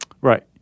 Right